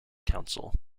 council